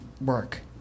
work